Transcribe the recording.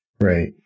Right